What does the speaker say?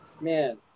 Man